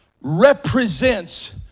represents